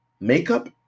makeup